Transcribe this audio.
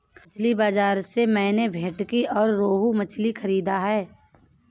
मछली बाजार से मैंने भेंटकी और रोहू मछली खरीदा है